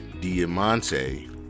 diamante